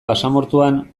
basamortuan